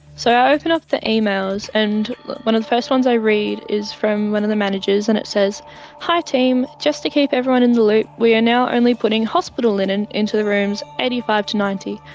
so i open up the emails and one of the first ones i read is from one of the managers and it says hi team. just to keep everyone in the loop, we are now only putting hospital linen into rooms eighty five to ninety.